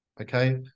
Okay